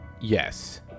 yes